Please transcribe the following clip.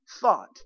thought